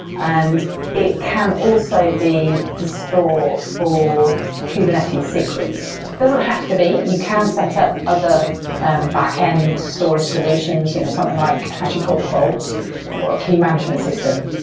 and it can also be the store for kubernetes secrets. if doesn't have to be. you can set up other and backend storage solutions, you know something like hashicorp vault or a key management system.